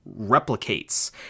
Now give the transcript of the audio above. replicates